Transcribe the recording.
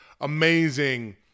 amazing